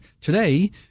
Today